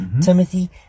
Timothy